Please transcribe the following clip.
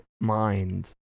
mind